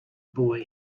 boy